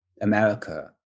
america